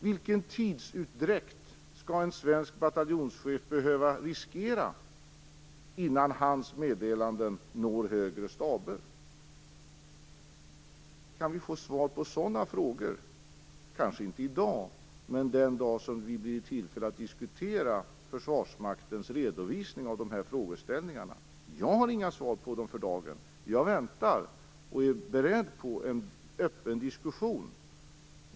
Vilken tidsutdräkt skall en svensk bataljonschef behöva riskera innan hans meddelanden når högre staber? Kan vi få svar på sådana frågor - kanske inte i dag men den dag det blir tillfälle att diskutera Försvarsmaktens redovisning av dessa frågor. Jag har inga svar för dagen, utan jag väntar och är beredd på en öppen diskussion.